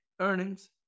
earnings